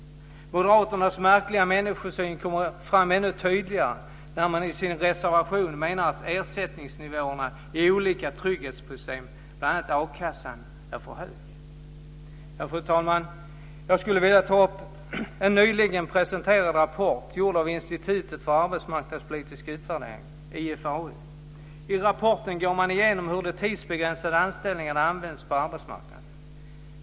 Moderaternas märkliga människosyn kommer fram ännu tydligare när de i sin reservation menar att ersättningsnivåerna i olika trygghetssystem, bl.a. i akassan, är för höga. Fru talman! Jag skulle vilja ta upp en nyligen presenterad rapport gjord av Institutet för arbetsmarknadspolitisk utvärdering, IFAU. I rapporten går man igenom hur de tidsbegränsade anställningarna används på arbetsmarknaden.